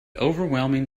overwhelming